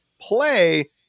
play